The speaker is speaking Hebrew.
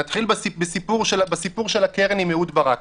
נתחיל בסיפור של הקרן עם אהוד ברק.